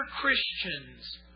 Christians